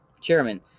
Chairman